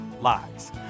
lies